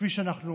כפי שאנחנו